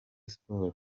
sports